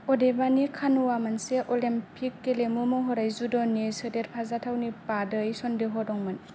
अदेबानि कान'आ मोनसे अलेमपिक गेलेमु महरै जुद'नि सोदेरफाजाथावनि बादै सनदेह' दंमोन